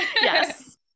Yes